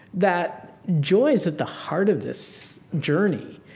that joy is at the heart of this journey.